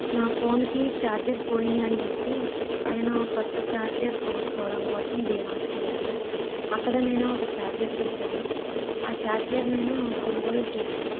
నా ఫోన్కి ఛార్జర్ పోయిందని చెప్పి నేను కొత్త ఛార్జర్ కొనుక్కోవడం కోసం డీమార్ట్కి వెళ్ళాను అక్కడ నేను ఒక ఛార్జర్ చూశాను ఆ ఛార్జర్ నేను కొనుగోలు చేశాను